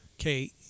Okay